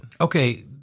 Okay